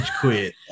quit